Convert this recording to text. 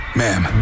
ma'am